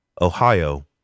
Ohio